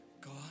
God